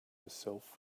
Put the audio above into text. yourself